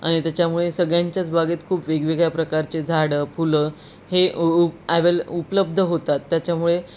आणि त्याच्यामुळे सगळ्यांच्याच बागेत खूप वेगवेगळ्या प्रकारचे झाडं फुलं हे उप ॲवेल उपलब्ध होतात त्याच्यामुळे